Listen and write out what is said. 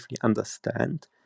understand